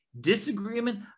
Disagreement